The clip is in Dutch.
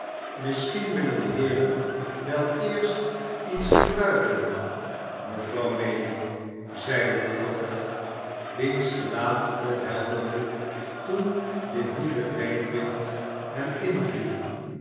misschien willen de heeren wel eerst iets gebruiken mevrouw maylie zeide de dokter wiens gelaat ophelderde toen dit nieuwe denkbeeld hem inviel